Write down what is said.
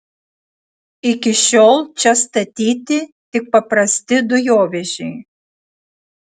iki šiol čia statyti tik paprasti dujovežiai